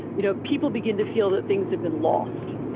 you know, people begin to feel that things have been lost.